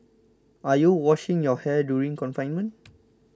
are you washing your hair during confinement